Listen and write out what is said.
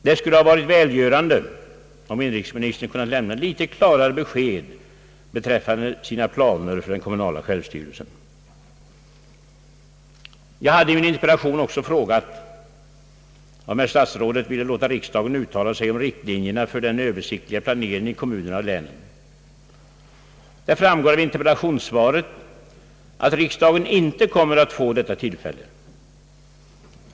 Det skulle ha varit välgörande, om inrikesmi nistern kunnat lämna litet klarare besked beträffande sina planer för den kommunala självstyrelsen. Jag hade i min interpellation också frågat om herr statsrådet ville låta riksdagen uttala sig om riktlinjerna för den översiktliga planeringen i kommunerna och länen. Det framgår av interpellationssvaret att riksdagen inte kommer att få detta tillfälle.